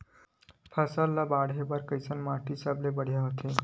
फसल ला बाढ़े बर कैसन माटी सबले बढ़िया होथे?